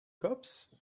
cops